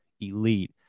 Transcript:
elite